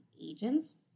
agents